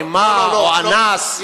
רימה או אנס,